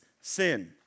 sin